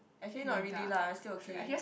actually not really lah still okay